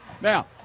Now